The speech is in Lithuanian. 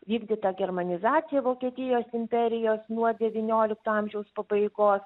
vykdyta germanizacija vokietijos imperijos nuo devyniolikto amžiaus pabaigos